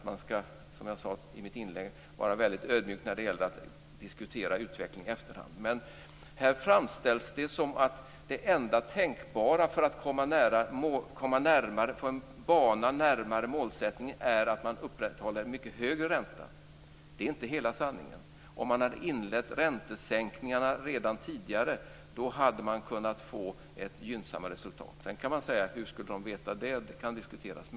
Man skall ju, som jag sade i mitt inlägg, vara väldigt ödmjuk när det gäller att diskutera utvecklingen i efterhand. Här framställs det som att det enda tänkbara för att komma på en bana närmare målsättningen är att man upprätthåller en mycket högre ränta. Det är inte hela sanningen. Om man hade inlett räntesänkningarna redan tidigare hade man kunnat få ett gynnsammare resultat. Men hur skulle man veta det? Det kan diskuteras.